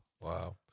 wow